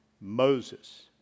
Moses